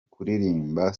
kuririmba